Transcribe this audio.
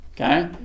Okay